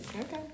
Okay